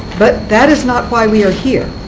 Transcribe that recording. but that is not why we are here.